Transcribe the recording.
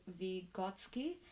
Vygotsky